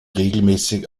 regelmäßig